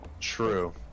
True